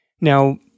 Now